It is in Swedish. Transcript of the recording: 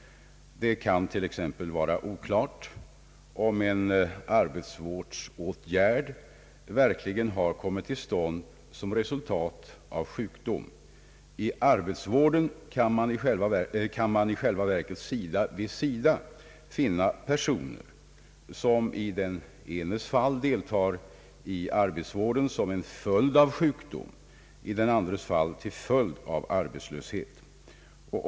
Det kan t.ex. vara oklart om en arbetsvårdsåtgärd har kommit till stånd som resul tat av sjukdom. Inom arbetsvården kan man i själva verket sida vid sida finna personer som i det ena fallet deltar i arbetsvården som en följd av sjukdom och i det andra fallet till följd av arbetslöshet.